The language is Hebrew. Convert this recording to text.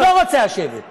לא רוצה לשבת.